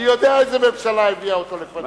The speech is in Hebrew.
אני יודע איזו ממשלה הביאה אותו לפנינו.